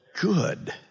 good